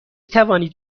توانید